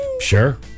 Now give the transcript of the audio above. sure